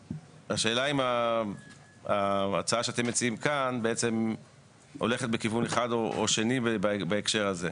השאלה היא אם ההצעה שאתם מציעים כאן הולכת בכיוון אחד או שני בהקשר הזה.